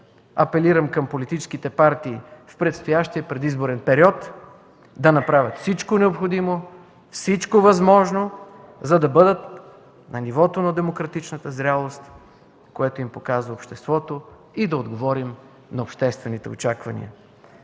Апелирам към политическите партии в предстоящия предизборен период да направят всичко необходимо, всичко възможно, за да бъдат на нивото на демократичната зрялост, която им показва обществото и да отговорим на обществените очаквания.